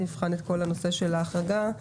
ונבחן את כל הנושא של ההרחבה.